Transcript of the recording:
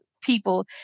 people